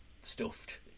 stuffed